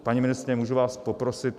Paní ministryně, můžu vás poprosit?